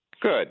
Good